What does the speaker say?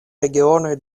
regionoj